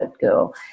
girl